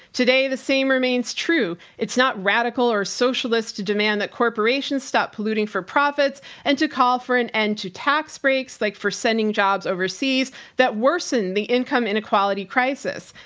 today, the same remains true. it's not radical or socialist to demand that corporation stop polluting for profits and to call for an end to tax breaks like for sending jobs overseas that worsen the income inequality crisis.